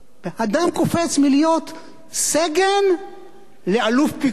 אדם קופץ מלהיות סֶגן לאלוף פיקוד,